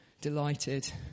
delighted